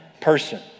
Person